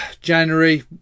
January